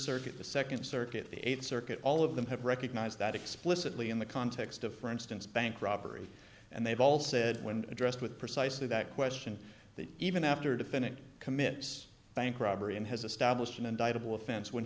circuit the second circuit the eighth circuit all of them have recognized that explicitly in the context of for instance bank robbery and they've all said when addressed with precisely that question that even after defendant commits bank robbery and has